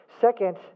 Second